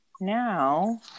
Now